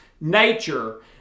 nature